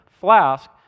flask